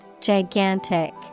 Gigantic